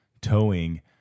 towing